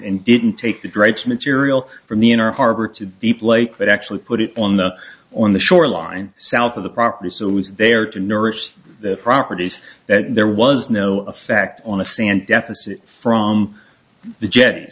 in didn't take the grapes material from the inner harbor to deep lake that actually put it on the on the shoreline south of the property so it was there to nurse the properties that there was no effect on the sand deficit from the j